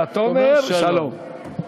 ותאמר: שלום.